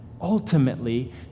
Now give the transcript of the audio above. ultimately